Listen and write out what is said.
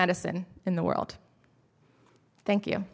medicine in the world thank you